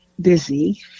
busy